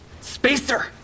Spacer